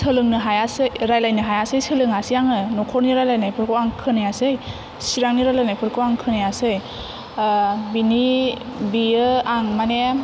सोलोंनो हायासै रायलायनो हायासै सोलोङासै आङो नखरनि रायलायनायफोरखौ आं खोनायासै सिरांनि रायलायनायफोरखौ आं खोनायासै ओह बिनि बियो आं माने